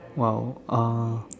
!wow! uh